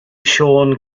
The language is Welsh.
siôn